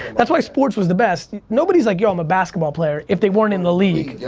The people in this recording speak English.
that's why sports was the best, nobody's like, yo, i'm a basketball player if they weren't in the league.